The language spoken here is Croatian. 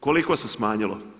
Koliko se smanjilo?